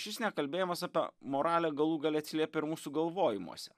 šis nekalbėjimas apie moralę galų gale atsiliepė ir mūsų galvojimuose